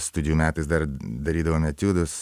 studijų metais dar darydavom etiudus